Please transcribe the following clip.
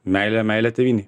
meilę meilę tėvynei